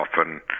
often